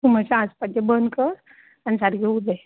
तूं मात्शें हांसपाचें बंद कर आनी सारकें उलय